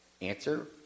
Answer